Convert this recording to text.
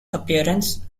appearance